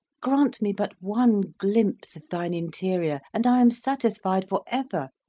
grant me but one glimpse of thine interior, and i am satisfied for ever,